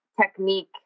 technique